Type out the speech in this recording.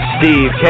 Steve